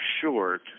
short